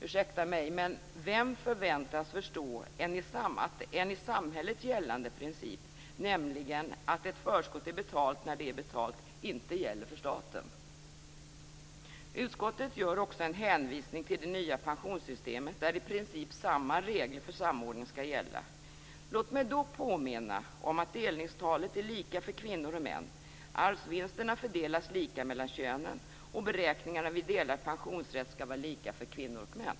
Ursäkta mig, men vem förväntas förstå att en i samhället gällande princip, nämligen att ett förskott är betalt när det är betalt, inte gäller för staten? Utskottet gör också en hänvisning till det nya pensionssystemet där i princip samma regler för samordning skall gälla. Låt mig då påminna om att delningstalet är lika för kvinnor och män, arvsvinsterna fördelas lika mellan könen och beräkningarna vid delad pensionsrätt skall vara lika för kvinnor och män.